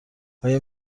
آیا